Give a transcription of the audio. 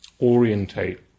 orientate